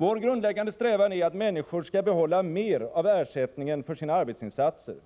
Vår grundläggande strävan är att människor skall få behålla mer av ersättningen för sina arbetsinsatser,